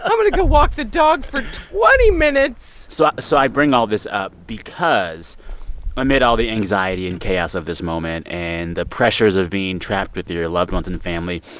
um to go walk the dog for twenty minutes so so i bring all this up because amid all the anxiety and chaos of this moment and the pressures of being trapped with your loved ones and family,